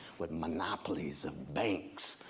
with monopolies and banks,